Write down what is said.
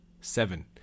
seven